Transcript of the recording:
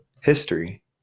history